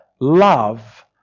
love